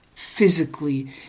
physically